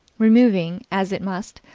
removing as it must,